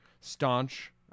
staunch